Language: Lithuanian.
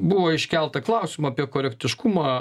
buvo iškelta klausimų apie korektiškumą